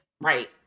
Right